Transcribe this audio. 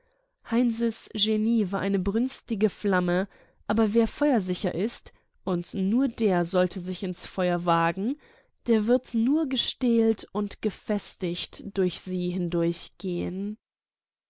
genie war eine brünstige flamme aber wer feuersicher ist und nur der sollte sich ins feuer wagen der wird gestählt und gefestigt durch sie hindurchgehen